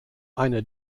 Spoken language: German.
eine